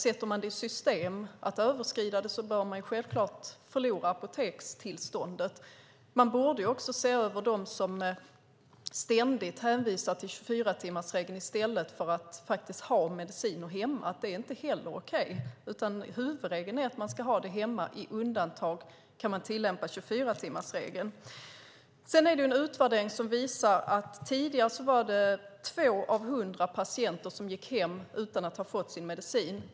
Sätter man i system att överskrida den bör man självklart förlora apotekstillståndet. Man borde också se över de apotek som ständigt hänvisar till 24-timmarsregeln i stället för att ha mediciner hemma. Det är inte heller okej. Huvudregeln är att man ska ha det hemma. I undantagsfall kan man tillämpa 24-timmarsregeln. En utvärdering visar att det tidigare var 2 av 100 patienter som gick hem utan att ha fått sin medicin.